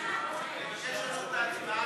אני חושב שזאת ההצבעה,